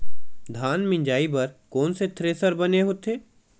धान मिंजई बर कोन से थ्रेसर बने होथे?